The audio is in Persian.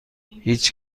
هیچ